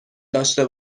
داشته